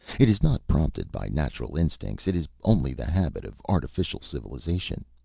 it is not prompted by natural instincts. it is only the habit of artificial civilization.